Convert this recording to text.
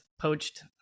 poached